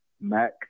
Mac